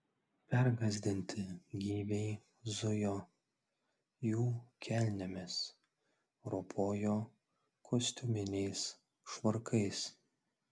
pergąsdinti gyviai zujo jų kelnėmis ropojo kostiuminiais švarkais